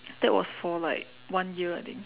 that was for like one year I think